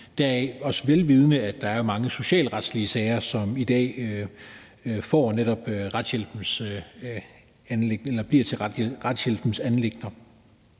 lignende – vel vidende at der er mange socialretlige sager, som i dag netop bliver retshjælpens anliggende.